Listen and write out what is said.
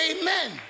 amen